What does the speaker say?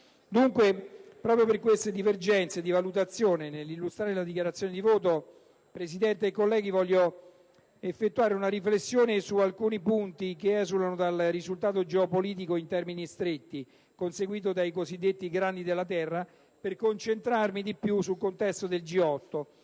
Dunque, proprio per queste divergenze di valutazione, nell'effettuare la dichiarazione di voto, Presidente e colleghi, voglio fare una riflessione su alcuni punti che esulano dal risultato geopolitico in termini stretti conseguito dai cosiddetti Grandi della terra, per concentrarmi di più sul contesto del G8,